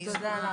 סליחה,